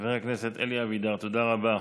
חבר הכנסת אלי אבידר, תודה רבה.